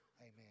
Amen